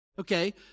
Okay